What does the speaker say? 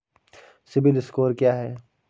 CIBIL score क्या है?